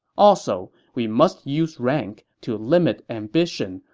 also, we must use rank to limit ambition,